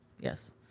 Yes